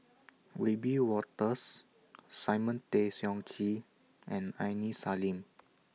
Wiebe Wolters Simon Tay Seong Chee and Aini Salim